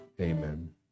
Amen